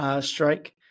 strike